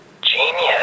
Genius